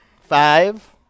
Five